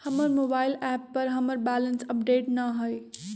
हमर mobile app पर हमर बैलेंस अपडेट न हई